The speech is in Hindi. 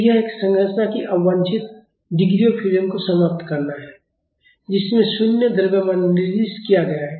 तो यह एक संरचना की अवांछित डिग्री ऑफ फ्रीडम को समाप्त करना है जिसमें शून्य द्रव्यमान निर्दिष्ट किया गया है